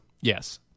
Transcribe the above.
Yes